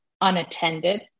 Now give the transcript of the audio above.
unattended